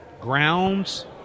grounds